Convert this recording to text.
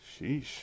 Sheesh